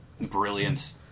brilliant